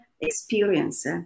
experience